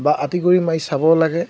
বা আঁতি গুৰি মাৰি চাব লাগে